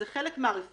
זה חלק מהרפורמה,